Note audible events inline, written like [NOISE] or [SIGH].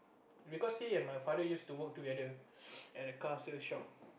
because he and my father used to work together [NOISE] at a car sale shop